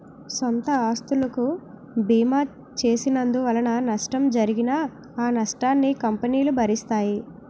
సొంత ఆస్తులకు బీమా చేసినందువలన నష్టం జరిగినా ఆ నష్టాన్ని కంపెనీలు భరిస్తాయి